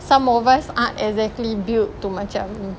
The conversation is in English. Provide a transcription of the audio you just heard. some of us aren't exactly build to macam